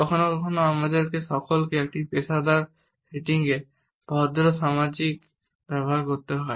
কখনও কখনও আমাদের সকলকে আমাদের পেশাদার সেটিংসে ভদ্র সামাজিক ব্যবহার করতে হয়